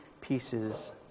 pieces